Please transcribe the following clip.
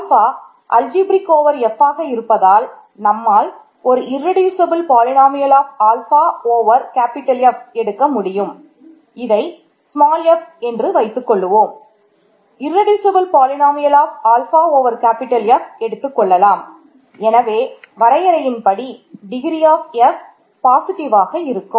alpha Fல் இருக்கும்